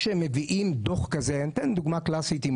כשהם מביאים דוח כזה אתן דוגמה קלאסית עם